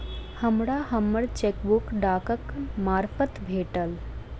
हमरा हम्मर चेकबुक डाकक मार्फत भेटल